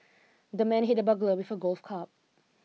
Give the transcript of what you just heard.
the man hit the burglar with a golf cub